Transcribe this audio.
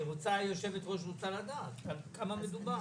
היושבת ראש רוצה לדעת בכמה מדובר.